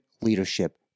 leadership